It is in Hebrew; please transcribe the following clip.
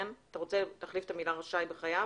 אתה רוצה להחליף את המילה 'רשאי' ב'חייב'?